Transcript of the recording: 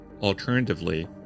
alternatively